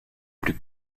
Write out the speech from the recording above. plus